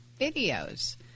videos